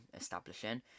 establishing